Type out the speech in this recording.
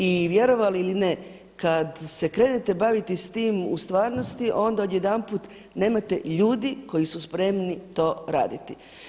I vjerovali ili ne kada se krenete baviti sa time u stvarnosti onda odjedanput nemate ljudi koji su spremni to raditi.